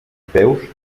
peus